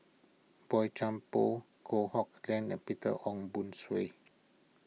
Boey Chuan Poh Kok Heng Leun and Peter Ong Boon Kwee